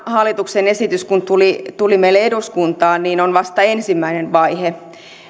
hallituksen esitys tuli tuli meille liikennekaarena eduskuntaan niin se on vasta ensimmäinen vaihe